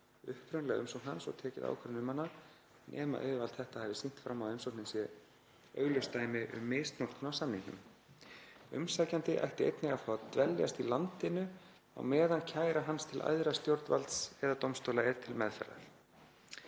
upprunalega umsókn hans og tekið ákvörðun um hana nema yfirvald þetta hafi sýnt fram á að umsóknin sé augljóst dæmi um misnotkun á samningnum. Umsækjandi ætti einnig að fá að dveljast í landinu á meðan kæra hans til æðra stjórnvalds eða dómstóla er til meðferðar.“